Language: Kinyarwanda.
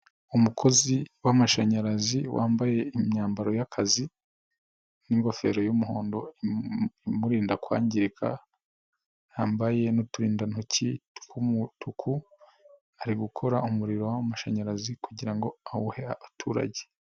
Umukozi w'amashanyarazi wambaye imyambaro y'akazi n'ingofero y'umuhondo, imurinda kwangirika yambaye n'uturindantoki tw'umutuku ari gukora umuriro w'amashanyarazi kugira ngo awuhe abaturage.